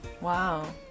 Wow